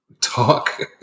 talk